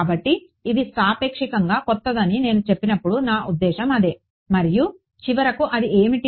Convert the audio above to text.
కాబట్టి ఇది సాపేక్షంగా కొత్తదని నేను చెప్పినప్పుడు నా ఉద్దేశ్యం అదే మరియు చివరకు అది ఏమిటి